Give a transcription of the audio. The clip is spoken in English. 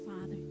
Father